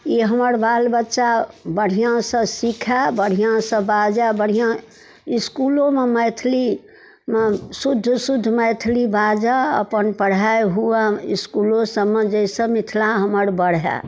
ई हमर बाल बच्चा बढ़िआँसँ सिखै बढ़िआँसँ बाजै बढ़िआँ इसकुलोमे मैथिलीमे शुद्ध शुद्ध मैथिली बाजै अपन पढ़ाइ हुअए इसकुलो सबमे जाहिसँ मिथिला हमर बढ़ै